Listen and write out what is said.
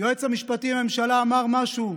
שהיועץ המשפטי לממשלה אמר משהו,